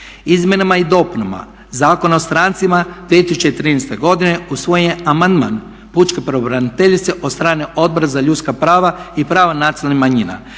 Izmjenama i dopunama Zakona o strancima 2013.godine usvojen je amandman pučke pravobraniteljice od strane Odbora za ljudska prava i prava nacionalnih manjina,